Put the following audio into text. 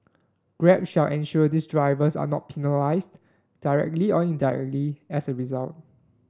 Grab shall ensure these drivers are not penalised directly or indirectly as a result